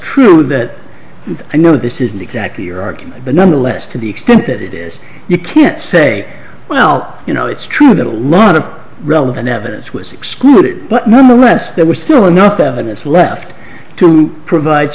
true that i know this isn't exactly your argument but nonetheless to the extent that it is you can't say well you know it's true that a lot of relevant evidence was excluded but nonetheless there was still enough evidence left to provide